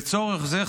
לצורך זה,